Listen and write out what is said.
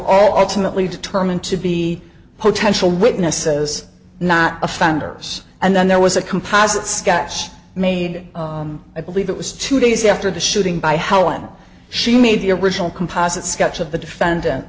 all ultimately determined to be potential witnesses not a founders and then there was a composite sketch made i believe it was two days after the shooting by helen she made the original composite sketch of the defendant